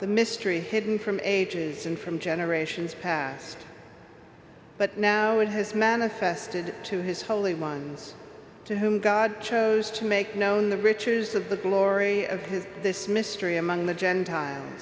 the mystery hidden from ages and from generations past but now it has manifested to his holy ones to whom god chose to make known the riches of the glory of his this mystery among the gentile